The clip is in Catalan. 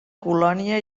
colònia